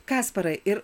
kasparai ir